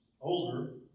older